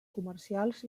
comercials